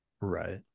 Right